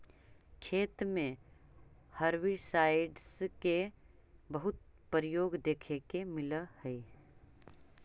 खेत में हर्बिसाइडस के बहुत प्रयोग देखे के मिलऽ हई